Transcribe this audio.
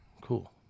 Cool